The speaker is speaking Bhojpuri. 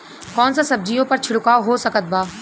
कौन सा सब्जियों पर छिड़काव हो सकत बा?